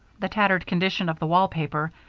the tattered condition of the wall paper,